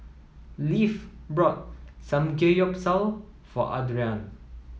Leif brought Samgeyopsal for Adriane